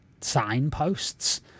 signposts